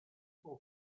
son